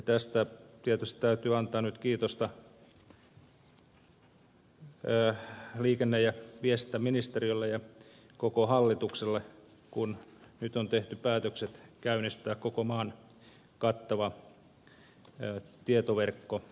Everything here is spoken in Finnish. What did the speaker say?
tästä tietysti täytyy antaa nyt kiitosta liikenne ja viestintäministeriölle ja koko hallitukselle kun nyt on tehty päätökset käynnistää koko maan kattava tietoverkkohanke